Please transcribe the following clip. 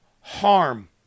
harm